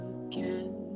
again